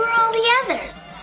all the others?